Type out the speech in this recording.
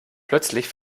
plötzlich